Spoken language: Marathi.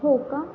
हो का